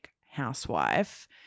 housewife